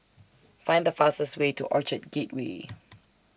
Find The fastest Way to Orchard Gateway